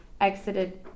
exited